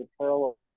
parallel